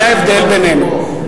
זה ההבדל בינינו.